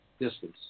distance